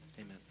amen